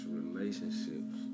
relationships